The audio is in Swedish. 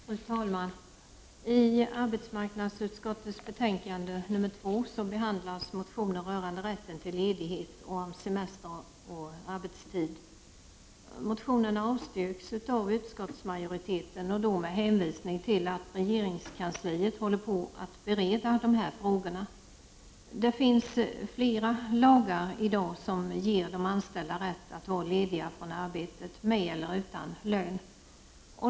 Fru talman! I arbetsmarknadsutskottets betänkande nr 2 behandlas motioner rörande rätten till ledighet och om arbetstid och semester. Motionerna avstyrks av utskottsmajoriteten och då med hänvisning till att regeringskansliet håller på att bereda frågorna. Det finns i dag flera lagar som ger de anställda rätt att vara lediga från arbetet med eller utan lön.